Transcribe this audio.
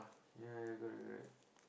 ya correct correct